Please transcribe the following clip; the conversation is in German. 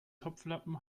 topflappen